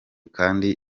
kandi